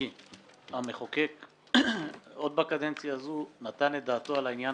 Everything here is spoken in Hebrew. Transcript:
המחוקק עוד בקדנציה הזאת נתן דעתו על העניין